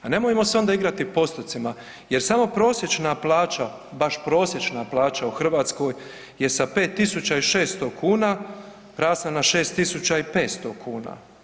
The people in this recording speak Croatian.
A nemojmo se onda igrati postocima, jer samo prosječna plaća, baš prosječna plaća u Hrvatskoj je sa 5.600 kuna rasla na 6.500 kuna.